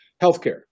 healthcare